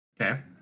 okay